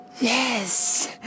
Yes